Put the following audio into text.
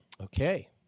Okay